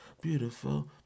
beautiful